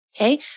Okay